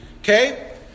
Okay